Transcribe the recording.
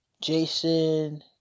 Jason